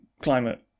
climate